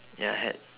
ya had